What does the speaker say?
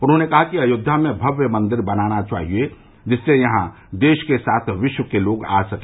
उन्होंने कहा कि अयोध्या में भव्य मंदिर बनना चाहिये यहां देश के साथ विश्व के लोग आये